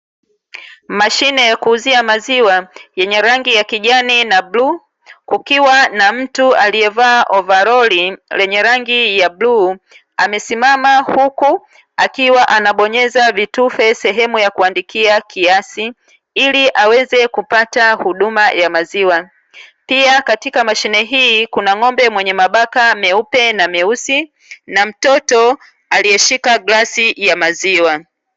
Mashine ya kuuzia maziwa yenye rangi ya kijani na bluu, kukiwa na mtu aliyevaa ovaroli lenye rangi ya bluu, amesimama, huku akiwa anabonyeza vitufe sehemu ya kuandikia kiasi ili aweze kupata huduma ya maziwa. Pia katika mashine hii kuna ng'ombe mwenye mabaka meupe na meusi na mtoto aliyeshika glasi ya maziwa.